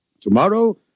Tomorrow